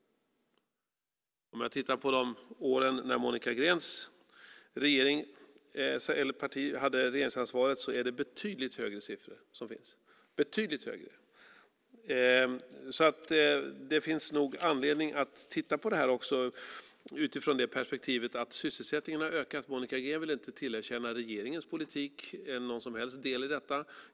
Om vi tittar på de år då Monica Greens parti hade regeringsansvaret ser vi betydligt högre siffror. Det finns nog anledning att titta på det här också utifrån perspektivet att sysselsättningen har ökat. Monica Green vill inte tillerkänna regeringens politik någon som helst del i detta.